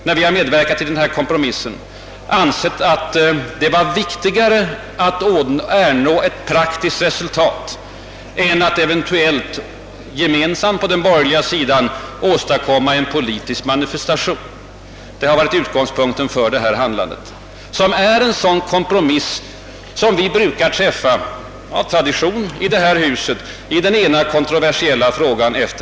När vi medverkat till kompromissen, har vi ansett det vara viktigare att nå ett praktiskt godtagbart resultat än att eventuellt åstadkomma en: gemensam politisk manifestation på den borgerliga sidan. Det har varit utgångspunkten för vårt handlande. Och det är en kompromiss av det slag som vi i detta hus av tradition brukar träffa i olika kontroversiella frågor.